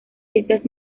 estas